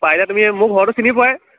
পাৰিলে তুমি মোৰ ঘৰটো চিনি পোৱাই